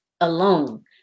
alone